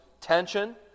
tension